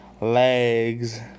legs